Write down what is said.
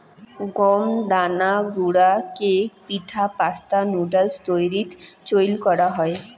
গম দানা গুঁড়া কেক, পিঠা, পাস্তা, নুডুলস তৈয়ারীত চইল করাং হই